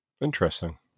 interesting